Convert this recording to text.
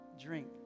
drink